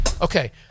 Okay